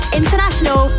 international